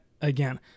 again